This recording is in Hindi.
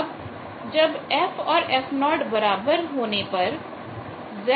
अब f f 0 होने पर Z ZL होगा